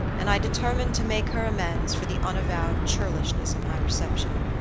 and i determined to make her amends for the unavowed churlishness of my reception.